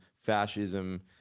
fascism